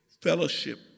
Fellowship